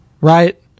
Right